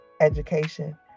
education